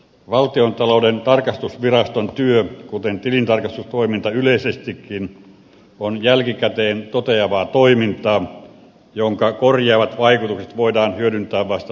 valtiontalouden tarkastusviraston työ kuten tilintarkastustoiminta yleisestikin on jälkikäteen toteavaa toimintaa jonka korjaavat vaikutukset voidaan hyödyntää vasta tulevaisuudessa